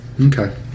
Okay